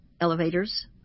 elevators